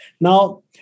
Now